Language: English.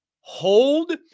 hold